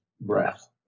breath